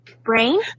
Brain